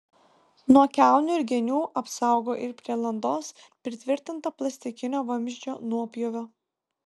nuo kiaunių ir genių apsaugo ir prie landos pritvirtinta plastikinio vamzdžio nuopjova